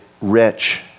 rich